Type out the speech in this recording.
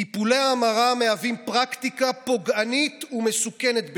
טיפולי ההמרה מהווים פרקטיקה פוגענית ומסוכנת ביותר.